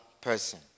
person